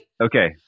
Okay